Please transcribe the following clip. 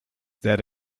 that